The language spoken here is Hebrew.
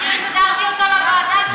אני החזרתי אותו לוועדה כי,